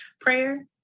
prayer